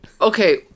Okay